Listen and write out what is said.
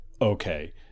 okay